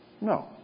No